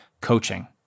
coaching